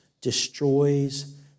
destroys